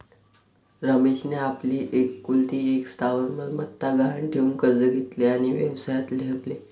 रमेशने आपली एकुलती एक स्थावर मालमत्ता गहाण ठेवून कर्ज घेतले आणि व्यवसायात ठेवले